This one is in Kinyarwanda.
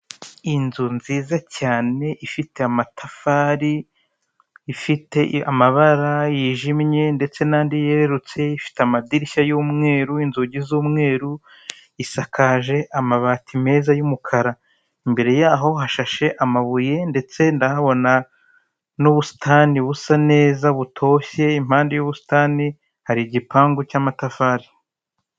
Inzu nziza cyane, ifite amatafari, ifite amabara yijimye ndetse n'andi yerurutse, ifite amadirishya y'umweru, inzugi z'umweru, isakaje amabati meza y'umukara. Imbere yaho hashashe amabuye, ndetse ndahabona n'ubusitani busa neza, butoshye, impande y'ubusitani hari igipangu cy'amatafari.